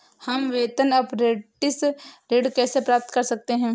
हम वेतन अपरेंटिस ऋण कैसे प्राप्त कर सकते हैं?